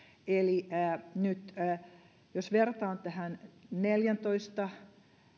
eli jos vertaa tähän neljäntoista